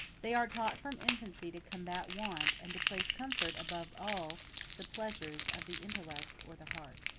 they are taught from infancy to combat want, and to place comfort above all the pleasures of the intellect or the heart.